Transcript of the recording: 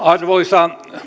arvoisa